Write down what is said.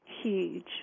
Huge